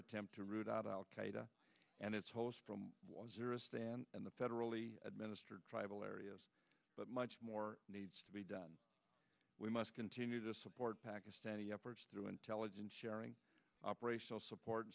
attempt to root out al qaeda and its host than in the federally administered tribal areas but much more needs to be done we must continue to support pakistani efforts through intelligence sharing operational support